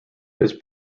this